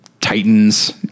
titans